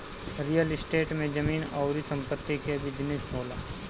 real estate में जमीन अउरी संपत्ति कअ बिजनेस होला